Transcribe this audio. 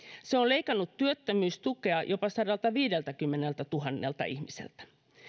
se on leikannut työttömyystukea jopa sadaltaviideltäkymmeneltätuhannelta ihmiseltä